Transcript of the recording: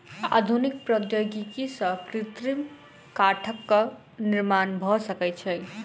आधुनिक प्रौद्योगिकी सॅ कृत्रिम काठक निर्माण भ सकै छै